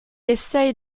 essayent